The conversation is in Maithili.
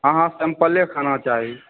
हँ सिम्पले खाना चाही